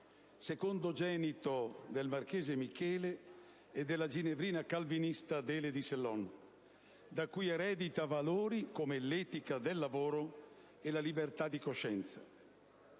secondogenito del marchese Michele e della ginevrina calvinista Adele di Sellon, da cui eredita valori come l'etica del lavoro e la libertà di coscienza.